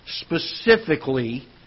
specifically